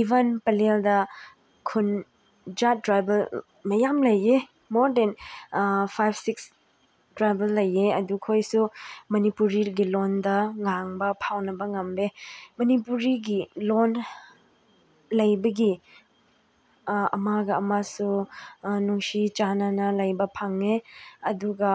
even ꯄꯂꯦꯜꯗ ꯈꯨꯟ ꯖꯥꯠ ꯇ꯭ꯔꯥꯕꯦꯜ ꯃꯌꯥꯝ ꯂꯩꯌꯦ more than five six travel ꯂꯩꯌꯦ ꯑꯗꯨꯈꯣꯏꯁꯨ ꯃꯅꯤꯄꯨꯔꯤꯒꯤ ꯂꯣꯟꯗ ꯉꯥꯡꯕ ꯐꯥꯎꯅꯕ ꯉꯝꯃꯦ ꯃꯅꯤꯄꯨꯔꯤꯒꯤ ꯂꯣꯟ ꯂꯩꯕꯒꯤ ꯑꯃꯒ ꯑꯃꯁꯨ ꯅꯨꯡꯁꯤ ꯆꯥꯅꯅ ꯂꯩꯕ ꯐꯪꯉꯦ ꯑꯗꯨꯒ